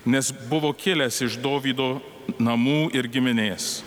nes buvo kilęs iš dovydo namų ir giminės